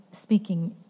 speaking